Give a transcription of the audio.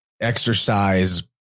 exercise